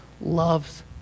Loves